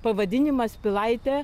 pavadinimas pilaitė